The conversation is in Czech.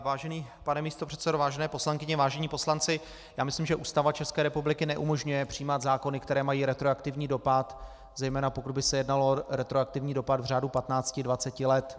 Vážený pane místopředsedo, vážené poslankyně, vážení poslanci, myslím, že Ústava České republiky neumožňuje přijímat zákony, které mají retroaktivní dopad, zejména pokud by se jednalo o retroaktivní dopad v řádu patnácti dvaceti let.